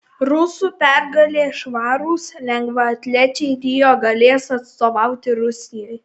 rusų pergalė švarūs lengvaatlečiai rio galės atstovauti rusijai